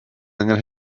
angen